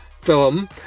film